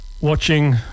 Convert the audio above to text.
watching